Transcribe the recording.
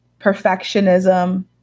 perfectionism